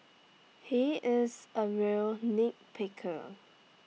he is A real nitpicker